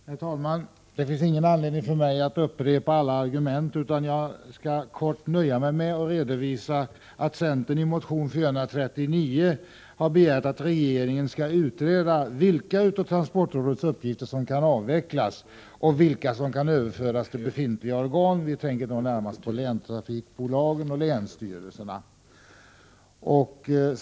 Herr talman! Det finns ingen anledning för mig att upprepa alla argument, utan jag skall nöja mig med att i korthet redovisa att centern i motion 439 har begärt att regeringen skall utreda vilka av transportrådets uppgifter som kan avvecklas och vilka som kan överföras till befintliga organ — vi tänker då närmast på länstrafikbolagen och länsstyrelserna.